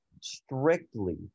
strictly